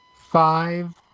Five